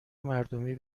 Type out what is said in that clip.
مردمی